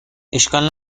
اشکال